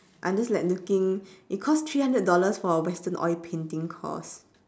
I'm just like looking it cost three hundred dollars for a western oil painting course